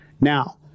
Now